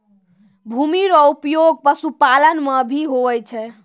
भूमि रो उपयोग पशुपालन मे भी हुवै छै